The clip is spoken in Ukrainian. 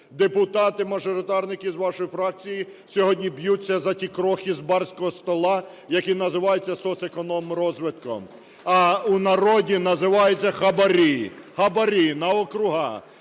Депутати-мажоритарники з вашої фракції сьогодні б'ються за ті крохи з барського стола, які називаються соцекономрозвитком, а в народі називаються хабарі, хабарі на округа.